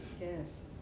Yes